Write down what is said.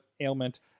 ailment